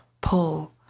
pull